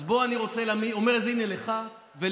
אז בוא, הינה, אני אומר לך ולכולם: